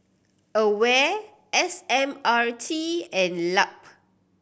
AWARE S M R T and LUP